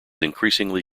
increasingly